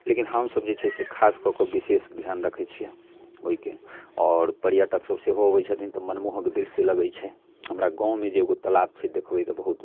लेकिन हमसब जे छै से खास कऽ कऽ बिशेष ध्यान रखै छियै ओहिके आओर पर्यटक सब सेहो अबै छथिन तऽ मनमोहक दृश्य लगै छै हमरा गाँव मे जे एगो तालाब छै देखबै तऽ बहुत